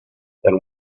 than